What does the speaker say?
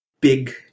Big